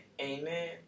Amen